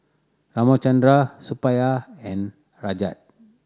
Ramchundra Suppiah and Rajat